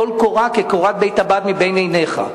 טול קורה כקורת בית-הבד מבין עיניך?